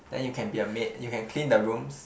then you can be a maid you can clean the rooms